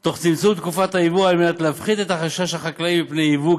תוך צמצום תקופת היבוא על מנת להפחית את חשש החקלאים מפני יבוא,